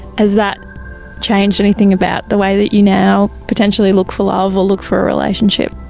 has that changed anything about the way that you now potentially look for love or look for a relationship?